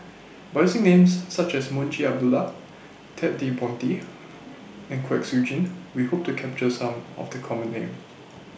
By using Names such as Munshi Abdullah Ted De Ponti and Kwek Siew Jin We Hope to capture Some of The Common Names